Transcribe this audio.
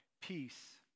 peace